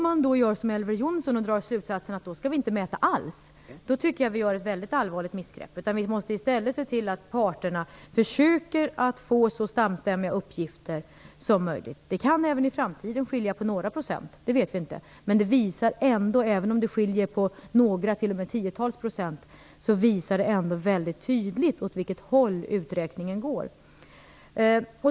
Men om vi som Elver Jonsson drar slutsatsen att vi därför inte skall mäta alls tycker jag att vi gör ett mycket allvarligt misstag. Vi måste i stället se till att parterna försöker att få så samstämmiga uppgifter som möjligt. Det kan även i framtiden komma att skilja på några procent, det vet vi inte. Men även om det skiljer på några, t.o.m. tiotals, procent visar det ändå väldigt tydligt åt vilket håll uträkningen går.